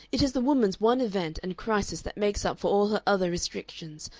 it is the woman's one event and crisis that makes up for all her other restrictions,